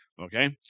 okay